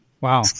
Wow